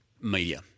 media